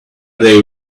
they